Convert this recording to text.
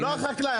לא החקלאים.